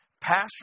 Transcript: pastor